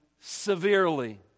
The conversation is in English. severely